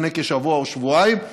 לפני כשבוע או שבועיים,